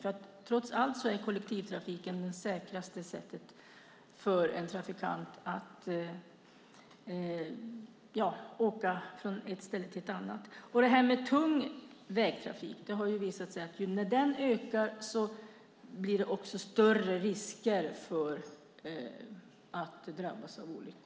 Kollektivtrafiken är trots allt det säkraste sättet för en trafikant att åka från ett ställe till ett annat. När den tunga trafiken ökar ökar också risken att drabbas av olyckor.